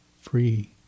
free